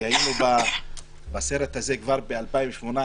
כי היינו בסרט הזה כבר ב-2018,